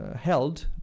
ah held,